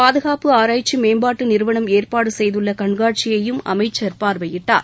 பாதுகாப்பு ஆராய்ச்சி மேம்பாட்டு நிறுவனம் ஏற்பாடு செய்துள்ள கண்காட்சியையும் அமைச்சர் பார்வையிட்டார்